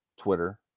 Twitter